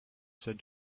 said